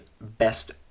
best